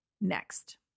Next